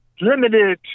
limited